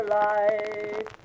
life